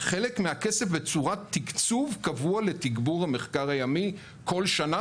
שהולך בצורת תקצוב קבוע לתגבור המחקר הימי כל שנה,